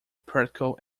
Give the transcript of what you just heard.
practical